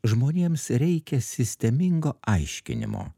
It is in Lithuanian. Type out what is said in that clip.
žmonėms reikia sistemingo aiškinimo